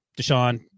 Deshaun